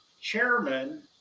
chairman